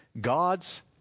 God's